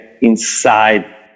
inside